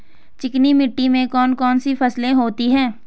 चिकनी मिट्टी में कौन कौन सी फसलें होती हैं?